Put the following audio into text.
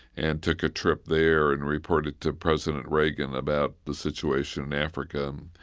and took a trip there and reported to president reagan about the situation in africa.